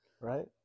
Right